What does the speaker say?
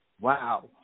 Wow